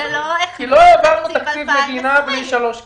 לא העברנו תקציב מדינה בשלוש קריאות.